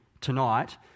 tonight